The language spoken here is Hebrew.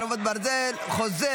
חרבות ברזל) (חוזה,